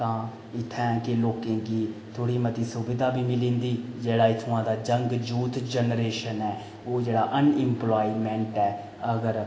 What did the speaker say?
तां इत्थें गे लोकें गी थोह्ड़ी मती सुविधा बी मिली जंदी जेह्ड़ा इत्थुआं दा यंग यूथ जनरेशन ऐ ओह् जेह्ड़ा अन इम्पलायमेंट ऐ अगर